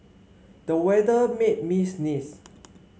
the weather made me sneeze